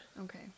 Okay